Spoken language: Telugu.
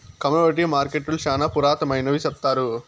కమోడిటీ మార్కెట్టులు శ్యానా పురాతనమైనవి సెప్తారు